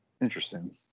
Interesting